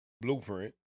Blueprint